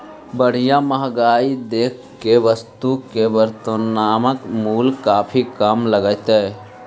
बढ़ित महंगाई देख के वस्तु के वर्तनमान मूल्य काफी कम लगतइ